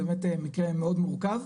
זה באמת מקרה מאוד מורכב,